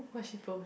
what she post